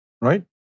Right